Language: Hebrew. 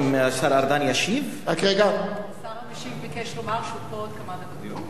השר המשיב ביקש לומר שהוא פה עוד כמה דקות.